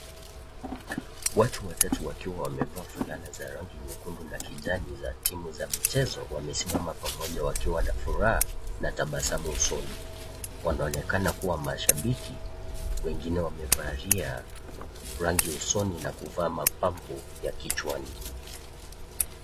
Watu watatu wakiwa wamevaa fulana za rangi nyekundu na kijani za timu za michezo wamesimama pamoja wakiwa na furaha na tabasamu usoni. Wanaonekana kuwa mashabiki, wengine wamevalia rangi usoni na kuvalia mapmbo ya kichwani.